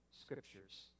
scriptures